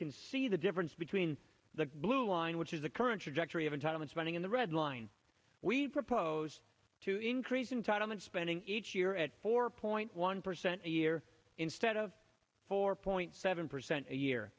can see the difference between the blue line which is the current trajectory of entitlement spending in the red line we propose to increase entitlement spending each year at four point one percent a year instead of four point seven percent a year